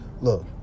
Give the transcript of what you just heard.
Look